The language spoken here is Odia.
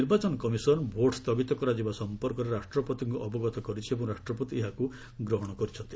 ନିର୍ବାଚନ କମିଶନ୍ ଭୋଟ୍ ସ୍ଥଗିତ କରାଯିବା ସମ୍ପର୍କରେ ରାଷ୍ଟ୍ରପତିଙ୍କୁ ଅବଗତ କରିଛି ଏବଂ ରାଷ୍ଟ୍ରପତି ଏହାକୁ ଗ୍ରହଣ କରିଛନ୍ତି